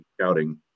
scouting